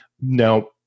Now